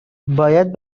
باید